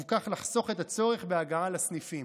ובכך לחסוך את הצורך בהגעה לסניפים.